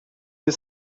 you